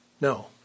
No